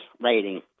rating